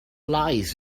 lies